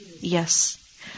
Yes